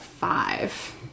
five